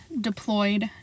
deployed